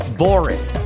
boring